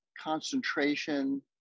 concentration